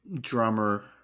drummer